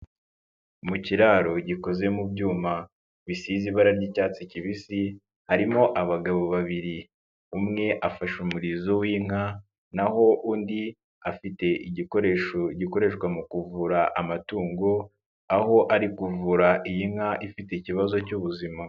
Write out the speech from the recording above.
Mu kiraro gikoze mu byuma bisize ibara ry'icyatsi kibisi harimo abagabo babiri, umwe afashe umurizo w'inka naho undi afite igikoresho gikoreshwa mu kuvura amatungo, aho ari kuvura iyi nka ifite ikibazo cy'ubuzima.